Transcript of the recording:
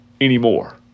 anymore